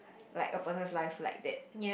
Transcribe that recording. like a person's life like that